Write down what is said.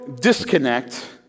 disconnect